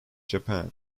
japan